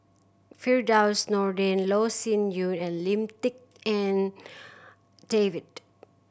Firdaus Nordin Loh Sin Yun and Lim Tik En David